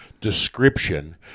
description